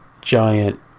giant